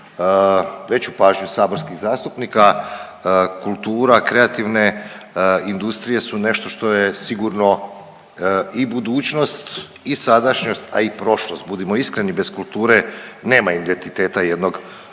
veću pažnju saborskih zastupnika kultura kreativne industrije su nešto što je sigurno i budućnost i sadašnjost, a i prošlost. Budimo iskreni, bez kulture nema identiteta jednog naroda.